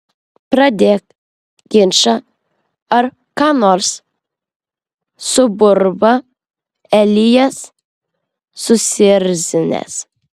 pradėk ginčą ar ką nors suburba elijas susierzinęs